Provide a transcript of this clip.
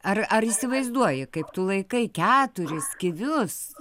ar ar įsivaizduoji kaip tu laikai keturis kivius